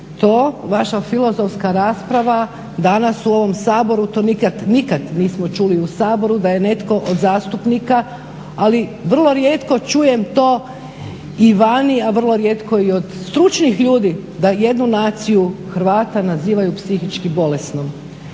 To vaša filozofska rasprava danas u ovom Saboru to nikad nismo čuli u Saboru da je netko od zastupnika, ali vrlo rijetko čujem to i vani, a vrlo rijetko i od stručnih ljudi da jednu naciju Hrvata nazivaju psihički bolesnom.